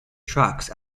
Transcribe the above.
trucks